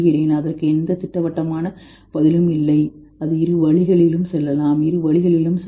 அதற்கு எந்த திட்டவட்டமான பதிலும் இல்லை அது இரு வழிகளிலும் செல்லலாம் இரு வழிகளிலும் செல்லலாம்